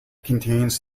contains